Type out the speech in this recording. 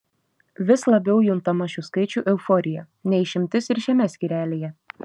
vis labiau juntama šių skaičių euforija ne išimtis ir šiame skyrelyje